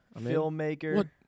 filmmaker